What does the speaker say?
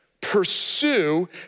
pursue